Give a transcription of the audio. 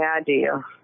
idea